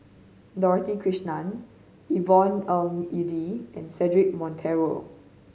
Dorothy Krishnan Yvonne Ng Uhde and Cedric Monteiro